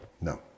No